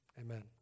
amen